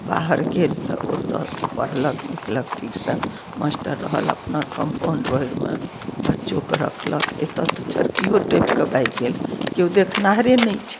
बाहर गेल तऽ ओत्तऽ पढ़लक लिखलक ठीक सऽ मास्टर रहल अपना कम्पाउण्ड भरिमे बच्चो के रखलक एत्तऽ तऽ छतियो टपिकए भागि गेल केओ देखनाहरे नहि छै